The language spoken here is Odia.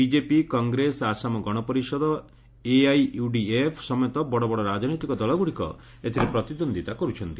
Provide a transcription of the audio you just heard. BJP Congress Assam Gana Parishad AIUDF ସମେତ ବଡ଼ବଡ଼ ରାଜନୈତିକ ଦଳଗୁଡ଼ିକ ଏଥିରେ ପ୍ରତିଦ୍ୱନ୍ଦ୍ୱିତା କରୁଛନ୍ତି